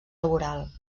laboral